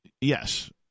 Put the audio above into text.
Yes